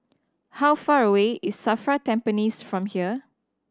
how far away is SAFRA Tampines from here